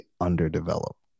underdeveloped